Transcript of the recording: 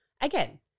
Again